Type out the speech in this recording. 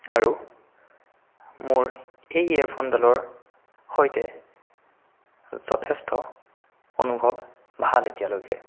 আৰু মোৰ এই ইয়েৰফোনডালৰ সৈতে যথেষ্ট অনুভৱ ভাল এতিয়ালৈকে